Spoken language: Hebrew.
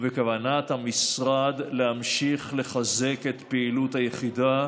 ובכוונת המשרד להמשיך לחזק את פעילות היחידה,